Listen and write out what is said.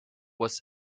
was